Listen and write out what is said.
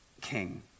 king